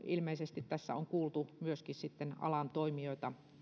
ilmeisesti tässä on kuultu myöskin sitten alan toimijoita